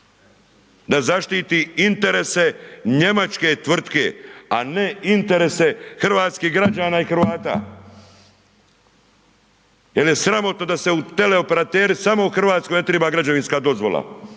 da zaštiti interese njemačke tvrtke, a ne interese hrvatskih građana i Hrvata. Jer je sramotno da se u teleoperateri samo u Hrvatskoj ne treba građevinska dozvola,